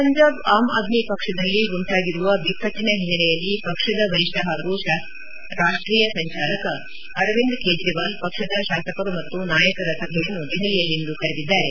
ಪಂಜಾಬ್ ಆಮ್ ಆದ್ಮಿ ಪಕ್ಷದಲ್ಲಿ ಉಂಟಾಗಿರುವ ಬಿಕ್ಕಟ್ಟನ ಹಿನ್ನೆಲೆಯಲ್ಲಿ ಪಕ್ಷದ ವರಿಷ್ಠ ಹಾಗೂ ರಾಷ್ಟೀಯ ಸಂಚಾಲಕ ಅರವಿಂದ್ ಕೇಜ್ರವಾಲ್ ಪಕ್ಷದ ಶಾಸಕರು ಮತ್ತು ನಾಯಕರ ಸಭೆಯನ್ನು ದೆಹಲಿಯಲ್ಲಿಂದು ಕರೆದಿದ್ದಾರೆ